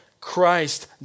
Christ